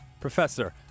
Professor